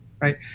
right